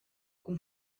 cun